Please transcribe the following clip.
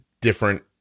different